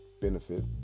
benefit